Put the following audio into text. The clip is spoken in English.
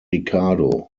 ricardo